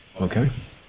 Okay